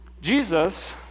Jesus